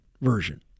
version